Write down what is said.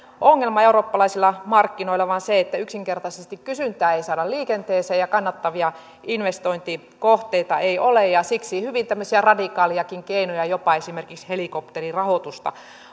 ongelma eurooppalaisilla markkinoilla vaan se että yksinkertaisesti kysyntää ei saada liikenteeseen ja kannattavia investointikohteita ei ole ja siksi tämmöisiä hyvin radikaalejakin keinoja jopa esimerkiksi helikopterirahoitusta